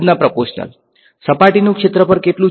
ના પ્રપોર્શનલ સપાટીનું ક્ષેત્રફળ કેટલું છે